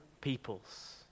peoples